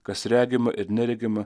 kas regima ir neregima